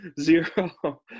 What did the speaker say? zero